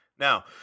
Now